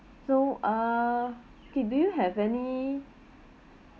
so uh okay do you have any